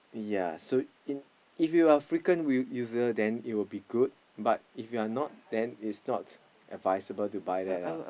yea so if if you are frequent user then it will be good but if you are not then it's not advisable to buy that ah